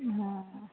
हँ